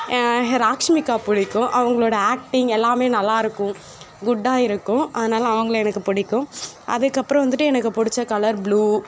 ராஷ்மிகா பிடிக்கும் அவங்களோடய ஆக்ட்டிங் எல்லாமே நல்லாயிருக்கும் குட்டாக இருக்கும் அதனால அவங்களை எனக்கு பிடிக்கும் அதுக்கப்புறம் வந்துட்டு எனக்கு பிடிச்ச கலர் ப்ளூ